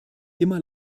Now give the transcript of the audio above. immer